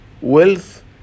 wealth